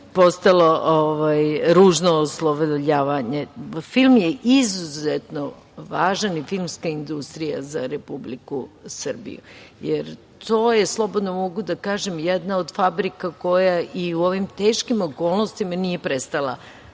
postalo ružno oslovljavanje. Film je izuzetno važan i filmska industrija za Republiku Srbiju, jer to je, slobodno mogu da kažem, jedna od fabrika koja i u ovim teškim okolnostima nije prestala